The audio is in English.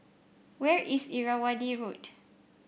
where is Irrawaddy Road